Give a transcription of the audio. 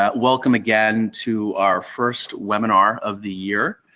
ah welcome again to our first webinar of the year.